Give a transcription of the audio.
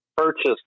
purchased